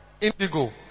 indigo